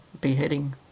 beheading